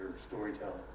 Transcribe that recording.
storytelling